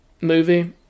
movie